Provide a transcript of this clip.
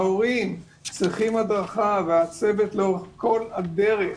ההורים צריכים הדרכה וכך גם הצוות לאורך כל הדרך.